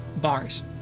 bars